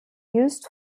used